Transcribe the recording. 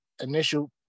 initial